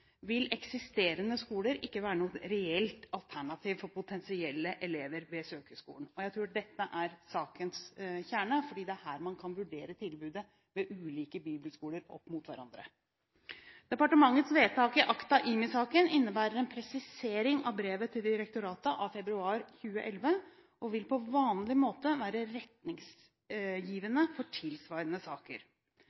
være noe reelt alternativ for potensielle elever ved søkerskolen. Jeg tror dette er sakens kjerne, for det er her man kan vurdere tilbudene ved ulike bibelskoler opp mot hverandre. Departementets vedtak i ACTA – IMI-saken innebærer en presisering av brevet til direktoratet av februar 2011 og vil på vanlig måte være